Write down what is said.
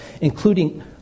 including